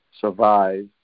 survive